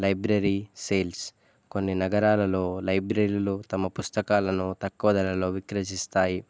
library sales కొన్ని నగరాలలో లైబ్రరీలు తమ పుస్తకాలను తక్కువధరలో విక్రజిస్తాయి